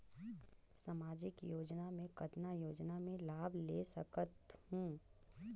समाजिक योजना मे कतना योजना मे लाभ ले सकत हूं?